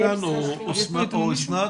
אילן או אסנת?